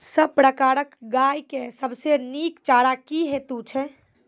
सब प्रकारक गाय के सबसे नीक चारा की हेतु छै?